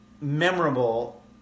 memorable